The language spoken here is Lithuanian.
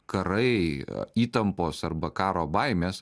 karai įtampos arba karo baimės